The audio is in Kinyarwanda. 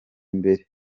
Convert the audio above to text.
imbere